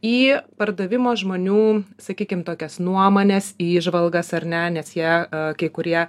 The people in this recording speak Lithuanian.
į pardavimo žmonių sakykim tokias nuomones įžvalgas ar ne nes jie kai kurie